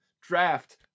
draft